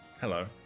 Hello